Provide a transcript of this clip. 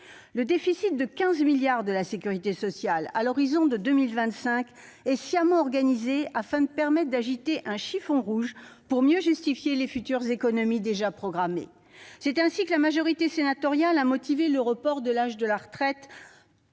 Le déficit de 15 milliards d'euros de la sécurité sociale à l'horizon 2025 est sciemment organisé : on agite un chiffon rouge pour mieux justifier les futures économies, déjà programmées. C'est ainsi que la majorité sénatoriale a motivé le report à 64 ans de l'âge de